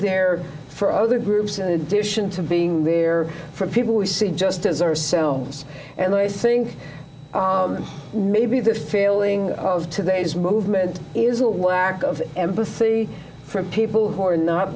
there for other groups in addition to being there for people we see just as are so and i think maybe the feeling of today's movement is a lack of empathy for people who are not